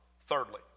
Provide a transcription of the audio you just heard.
Thirdly